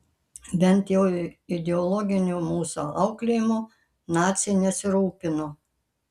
bent jau ideologiniu mūsų auklėjimu naciai nesirūpino